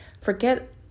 Forget